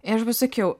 ir aš pasakiau